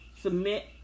submit